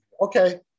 Okay